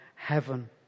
heaven